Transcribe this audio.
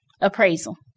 appraisal